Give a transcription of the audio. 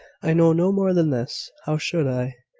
i know no more than this. how should i?